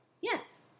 Yes